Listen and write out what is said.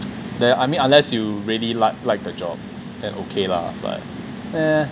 I mean unless you really like like the job then okay lah but eh